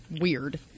weird